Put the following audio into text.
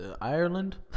Ireland